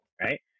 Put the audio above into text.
right